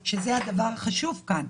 יכול להיות שהמטה היה צריך לקבל שעות נוספות.